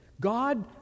God